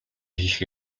хийх